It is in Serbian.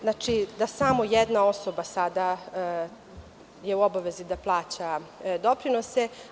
Znači, sada samo jedna osoba je u obavezi da plaća doprinose.